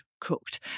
cooked